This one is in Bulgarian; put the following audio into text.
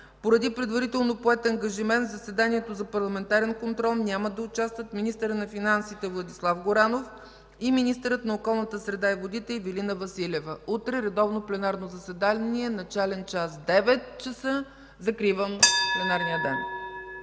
Поради предварително поет ангажимент, в заседанието за парламентарен контрол няма да участват министърът на финансите Владислав Горанов и министърът на околната среда и водите Ивелина Василева. Утре редовно пленарно заседание, начален час 9,00 ч. Закривам пленарния ден.